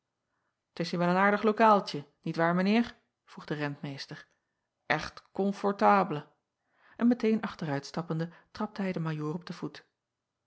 t s hier wel een aardig lokaaltje niet waar mijn eer vroeg de rentmeester echt confortable en meteen achteruitstappende trapte hij den ajoor op den voet